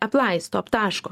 aplaisto aptaško